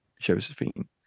Josephine